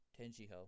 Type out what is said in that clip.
Tenjiho